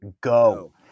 go